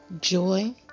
joy